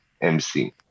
MC